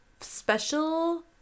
special